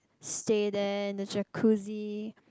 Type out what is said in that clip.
stay there in the jacuzzi